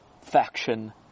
faction